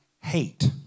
hate